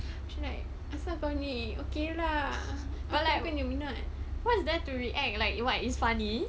macam like aisyah kau ni okay lah I'm like what's there to react like what it's funny